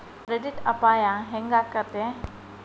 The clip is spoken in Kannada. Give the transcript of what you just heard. ಕ್ರೆಡಿಟ್ ಅಪಾಯಾ ಹೆಂಗಾಕ್ಕತೇ?